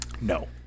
No